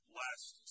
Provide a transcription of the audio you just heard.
last